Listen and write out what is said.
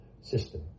system